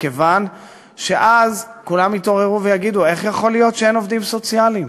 מכיוון שאז כולם יתעוררו ויגידו: איך יכול להיות שאין עובדים סוציאליים?